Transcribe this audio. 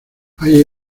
hay